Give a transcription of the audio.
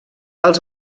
els